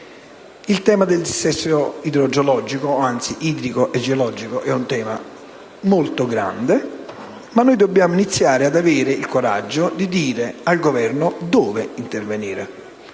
Il tema del dissesto idrogeologico, anzi del dissesto idrico e geologico, è molto vasto ma noi dobbiamo iniziare ad avere il coraggio di dire al Governo dove intervenire,